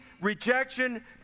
rejection